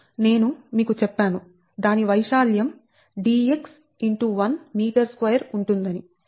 నేను మీకు చెప్పాను దాని వైశాల్యం dx